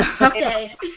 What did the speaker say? Okay